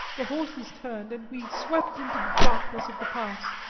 the horses turned, and we swept into the darkness of the pass.